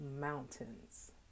mountains